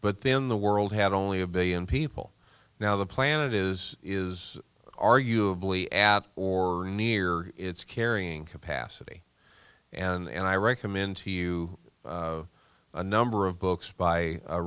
but then the world had only a billion people now the planet is is arguably at or near its carrying capacity and i recommend to you a number of books by a